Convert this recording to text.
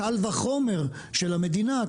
קל וחומר של המדינה,